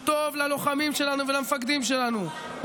הוא טוב ללוחמים שלנו ולמפקדים שלנו,